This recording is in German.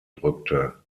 drückte